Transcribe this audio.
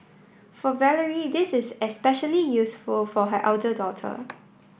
for Valerie this is especially useful for her elder daughter